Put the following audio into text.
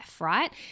Right